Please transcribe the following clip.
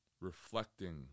reflecting